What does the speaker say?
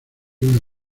una